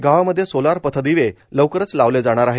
गावामध्ये सोलार पथदिवे लवकरच लावले जाणार आहेत